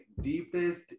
deepest